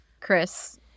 Chris